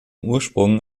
ursprung